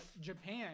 Japan